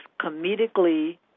comedically